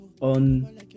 on